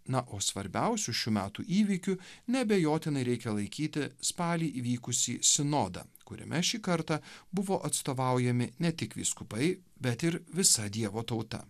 na o svarbiausiu šių metų įvykiu neabejotinai reikia laikyti spalį įvykusį sinodą kuriame šį kartą buvo atstovaujami ne tik vyskupai bet ir visa dievo tauta